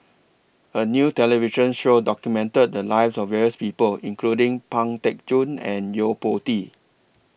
A New television Show documented The Lives of various People including Pang Teck Joon and Yo Po Tee